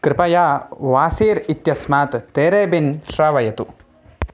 कृपया वासीर् इत्यस्मात् तेरेबिन् श्रावयतु